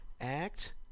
act